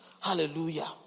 Hallelujah